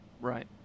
Right